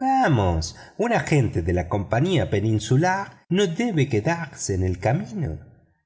vamos un agente de la compañía peninsular no debe quedarse en el camino